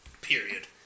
period